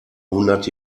hundert